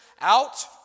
out